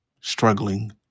struggling